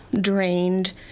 drained